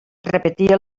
repetia